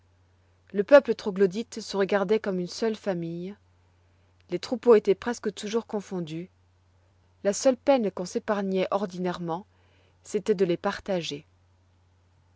le peuple troglodyte se regardoit comme une seule famille les troupeaux étoient presque toujours confondus la seule peine qu'on s'épargnoit ordinairement c'étoit de les partager